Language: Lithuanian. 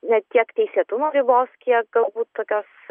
ne tiek teisėtumo ribos kiek galbūt tokios